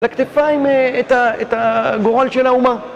לכתפיים את הגורל של האומה.